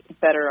better